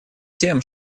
тем